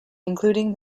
including